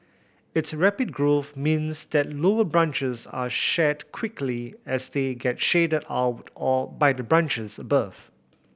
its rapid growth means that lower branches are shed quickly as they get shaded out all by the branches above